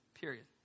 period